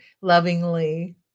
lovingly